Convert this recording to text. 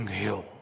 hill